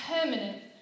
permanent